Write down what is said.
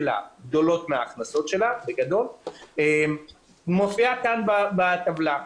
גדולות מהכנסותיה מופיעה כאן בטבלה.